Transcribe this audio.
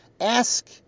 Ask